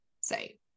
say